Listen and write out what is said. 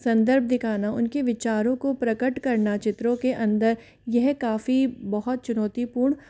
संदर्भ दिखाना उन के विचारों को प्रकट करना चित्रों के अंदर यह काफ़ी बहुत चुनौतीपूर्ण